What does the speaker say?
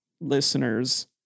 listeners